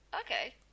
Okay